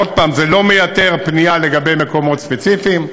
עוד פעם, זה לא מייתר פנייה לגבי מקומות ספציפיים.